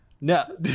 No